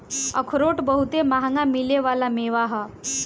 अखरोट बहुते मंहगा मिले वाला मेवा ह